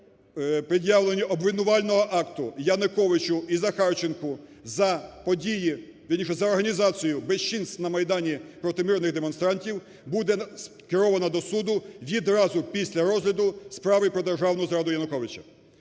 пред'явленню обвинувального акту Януковичу і Захарченку за події, вірніше, за організацію безчинств на Майдані проти мирних демонстрантів буде скерована до суду відразу після розгляду справи про державну зраду Януковича.